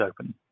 open